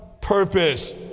purpose